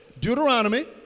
Deuteronomy